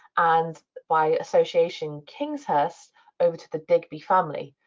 and by association, kingshurst, over to the digby family.